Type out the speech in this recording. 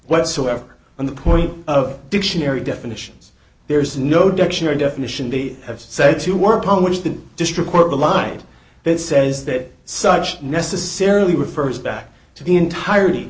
whatsoever on the point of dictionary definitions there is no dictionary definition they have said to work on which the district court the line that says that such necessarily refers back to the entirety